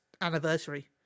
anniversary